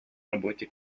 работе